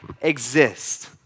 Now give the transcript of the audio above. exist